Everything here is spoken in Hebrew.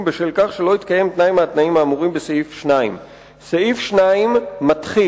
בשל כך שלא התקיים תנאי מהתנאים האמורים בסעיף 2. סעיף 2 מתחיל,